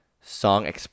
Song